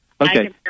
Okay